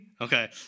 Okay